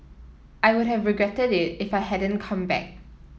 I would have regretted it if I hadn't come back